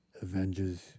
Avengers